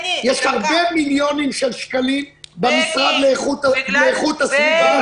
יש הרבה מיליוני שקלים במשרד להגנת הסביבה.